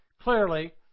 Clearly